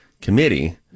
Committee